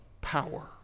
power